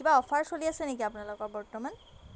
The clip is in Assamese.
কিবা অ'ফাৰ চলি আছে নেকি আপোনালোকৰ বৰ্তমান